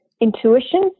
intuition